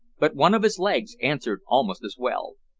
but one of his legs answered almost as well.